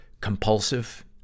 compulsive